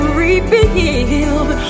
rebuild